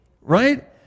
right